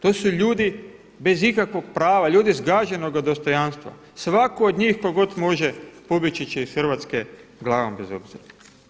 To su ljudi bez ikakvoga prava, ljudi zgaženoga dostojanstva, svatko od njih tko god može pobjeći će iz Hrvatske glavom bez obzira.